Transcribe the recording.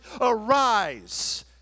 arise